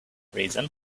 reason